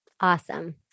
Awesome